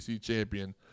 champion